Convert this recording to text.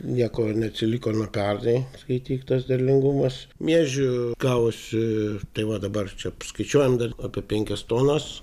nieko neatsiliko nuo pernai skaityk tas derlingumas miežių gavosi tai va dabar apskaičiuojant dar apie penkias tonas